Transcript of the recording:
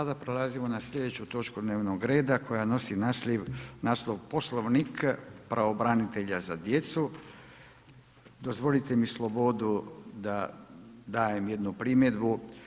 Sada prelazimo na slijedeću točku dnevnog reda koja nosi naslov: - Poslovnik pravobranitelja za djecu Dozvolite mi slobodu da dajem jednu primjedbu.